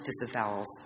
disavowals